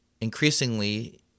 increasingly